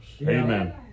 Amen